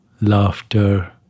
laughter